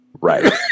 Right